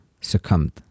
succumbed